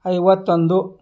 ಐವತ್ತೊಂದು